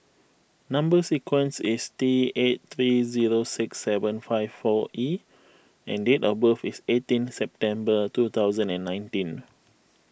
Number Sequence is T eight three zero six seven five four E and date of birth is eighteen September two thousand and nineteen